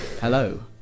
Hello